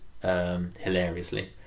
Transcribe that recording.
hilariously